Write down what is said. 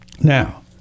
now